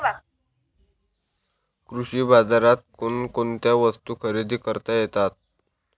कृषी बाजारात कोणकोणत्या वस्तू खरेदी करता येतात